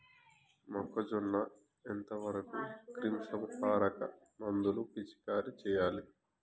మొక్కజొన్న ఎంత వరకు క్రిమిసంహారక మందులు పిచికారీ చేయాలి?